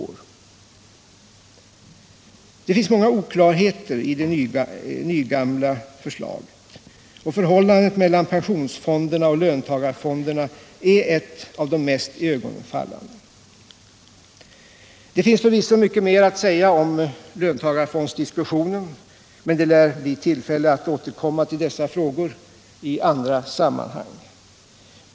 Det finns många oklarheter i det nygamla förslaget, och förhållandet mellan pensionsfonderna och löntagarfonderna är en av de mest iögonenfallande. Det finns förvisso mycket mer att säga om löntagarfondsdiskussionen, men det lär bli tillfällen att återkomma till dessa frågor i andra sammanhang.